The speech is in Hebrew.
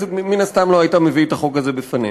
מן הסתם לא היית מביא את החוק הזה בפנינו.